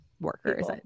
workers